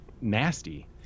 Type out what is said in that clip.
nasty